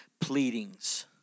pleadings